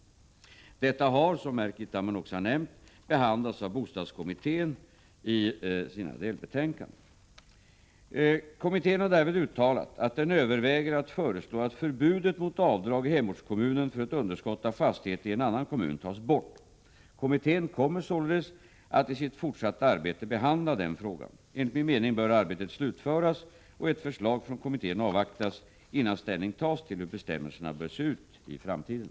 Detta har, som Erkki Tammenoksa nämnt, behandlats av bostadskommittén i delbetänkandena SOU 1984:34-36. Kommittén har därvid uttalat att den överväger att föreslå att förbudet mot avdrag i hemortskommunen för ett underskott av fastighet i en annan kommun tas bort. Kommittén kommer således att i sitt fortsatta arbete behandla denna fråga. Enligt min mening bör arbetet slutföras och ett förslag från kommittén avvaktas innan ställning tas till hur bestämmelserna bör se ut i framtiden.